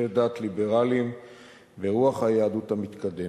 בשירותי דת ליברליים ברוח היהדות המתקדמת.